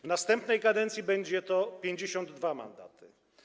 W następnej kadencji będą to 52 mandaty.